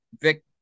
Vic